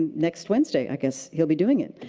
next wednesday, i guess. he'll be doing it.